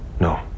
No